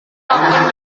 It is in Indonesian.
lakukan